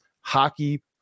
hockey